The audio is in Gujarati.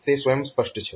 તે સ્વયંસ્પષ્ટ છે